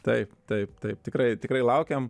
taip taip taip tikrai tikrai laukiam